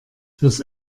fürs